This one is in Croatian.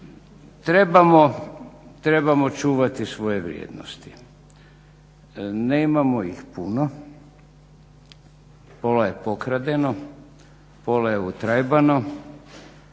Trebamo čuvati svoje vrijednosti. Nemamo ih puno, pola je pokradeno, pola je utrajbano,